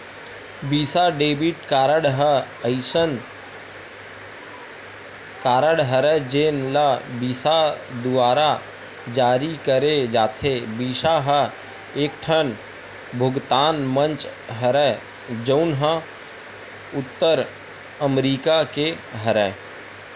बिसा debit card ह असइन कारड हरय जेन ल बिसा दुवारा जारी करे जाथे, बिसा ह एकठन भुगतान मंच हरय जउन ह उत्तर अमरिका के हरय